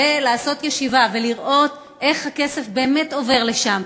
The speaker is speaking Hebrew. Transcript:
לעשות ישיבה ולראות איך הכסף באמת עובר לשם.